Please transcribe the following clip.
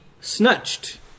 snatched